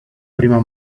prima